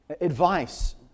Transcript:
advice